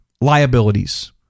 liabilities